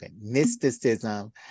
mysticism